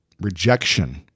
rejection